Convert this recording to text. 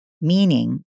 Meaning